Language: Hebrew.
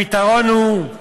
הפתרון הוא,